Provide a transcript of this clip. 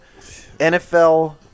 NFL